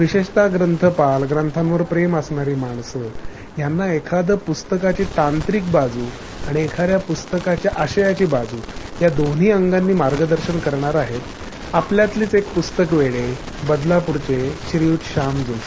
विशेषतः ग्रंथपाल ग्रंथावर प्रेम असणारी माणसं ह्यांना एखाद्या पुस्ताकाची तांत्रिक बाजू आणि एखाद्या पुस्तकाची आशयाची बाजू या दोन्हीं अगांनी मार्गदर्शन करणार आहे आपल्यातलेच एक पुस्तक वेडे बदलापूरचे श्रीयूत श्याम जोशी